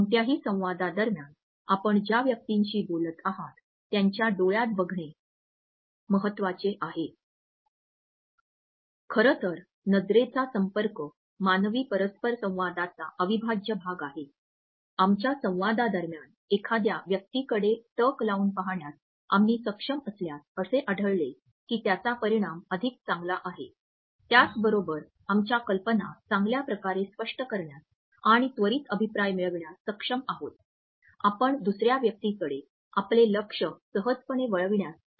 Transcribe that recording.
कोणत्याही संवादा दरम्यान आपण ज्या व्यक्तीशी बोलत आहात त्याच्या डोळ्यात बघणे महत्वाचे आहे